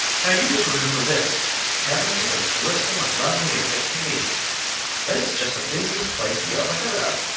now you just remember this heaven is as blissful and lovely as it can be but it's just the busiest place you ever heard of.